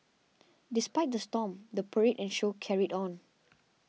despite the storm the parade and show carried on